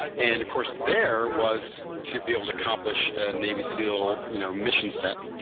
and of course there was to be able to accomplish a navy seal you know mission set.